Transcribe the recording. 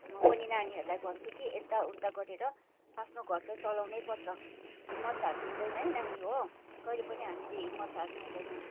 म पनि नानीहरूलाई भन्छु कि यता उता गरेर आफ्नो घर चाहिँ चलाउनै पर्छ हिम्मत हार्नु हुँदैन है नानी हो कहिले पनि हामीले हिम्मत हार्नु हुँदैन